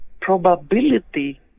probability